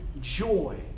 joy